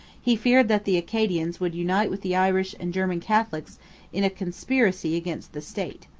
he feared that the acadians would unite with the irish and german catholics in a conspiracy against the state.